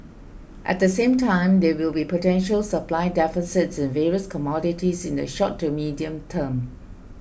at the same time there will be potential supply deficits in various commodities in the short to medium term